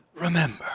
remember